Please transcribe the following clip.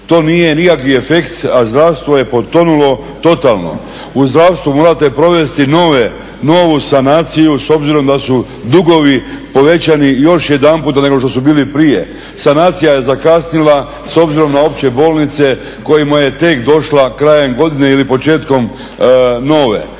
To nije nikakav efekt. A zdravstvo je potonulo totalno. U zdravstvu morate provesti novu sanaciju s obzirom da su dugovi povećani još jedanputa nego što su bili prije. Sanacija je zakasnila s obzirom na opće bolnice kojima je tek došla krajem godine ili početkom nove.